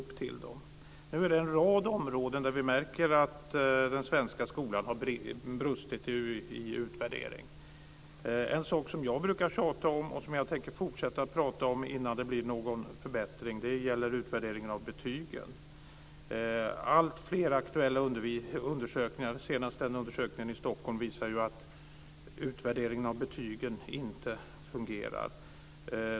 På en rad områden märker vi nu att den svenska skolan har brustit i utvärdering. En sak som jag brukar tjata om, och som jag tänker fortsätta att prata om tills det blir en förbättring, är detta med utvärderingen av betygen. Alltfler aktuella undersökningar - senast en undersökning i Stockholm - visar att utvärderingen av betygen inte fungerar.